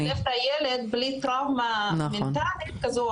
לשלב את הילד בלי טראומה מנטלית כזאת או